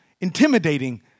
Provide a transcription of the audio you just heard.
intimidating